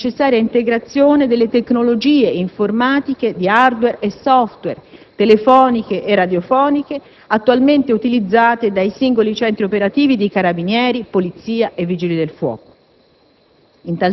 ai fini della necessaria integrazione delle tecnologie informatiche di *hardware* e *software*, telefoniche e radiofoniche, attualmente utilizzate dai singoli centri operativi di Carabinieri, Polizia e Vigili del fuoco.